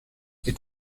est